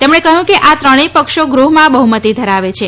તેમણે કહ્યું કે આ ત્રણેય પક્ષો ગૃહમાં બહ્મતી ધરાવે છે